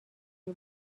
بیا